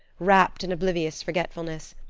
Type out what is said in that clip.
rapt in oblivious forgetfulness,